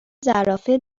زرافه